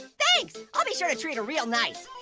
thanks, i'll be sure to treat her real nice.